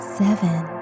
seven